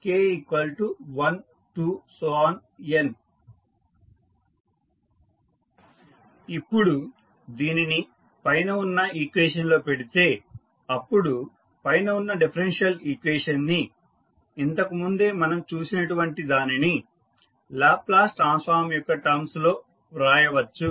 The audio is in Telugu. n ఇప్పుడు దీనిని పైన ఉన్న ఈక్వేషన్ లో పెడితే అప్పుడు పైన ఉన్న డిఫరెన్షియల్ ఈక్వేషన్ ని ఇంతకు ముందే మనం చూసినటువంటి దానిని లాప్లాస్ ట్రాన్స్ఫార్మ్ యొక్క టర్మ్స్ లో రాయవచ్చు